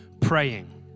praying